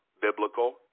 biblical